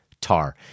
Tar